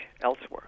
elsewhere